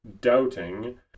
doubting